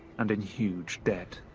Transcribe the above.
and in huge debt.